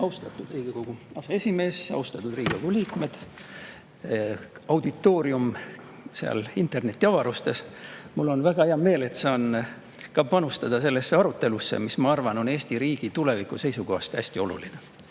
Austatud Riigikogu aseesimees! Austatud Riigikogu liikmed! Auditoorium seal internetiavarustes! Mul on väga hea meel, et ma saan ka panustada sellesse arutelusse, mis, ma arvan, on Eesti riigi tuleviku seisukohast hästi oluline.